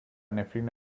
نفرین